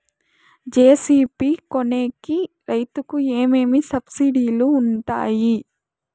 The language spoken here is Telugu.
జె.సి.బి కొనేకి రైతుకు ఏమేమి సబ్సిడి లు వుంటాయి?